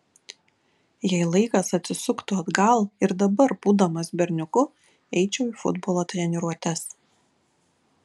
jei laikas atsisuktų atgal ir dabar būdamas berniuku eičiau į futbolo treniruotes